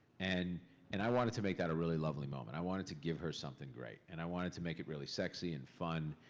and and i wanted to make that a really lovely moment. i wanted to give her something great, and i wanted to make it really sexy and fun.